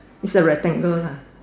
is a rectangle lah